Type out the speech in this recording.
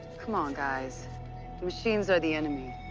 c'mon guys, the machines are the enemy.